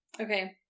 Okay